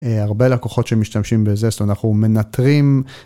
הרבה לקוחות שמשתמשים בזסטון אנחנו מנטרים.